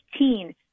15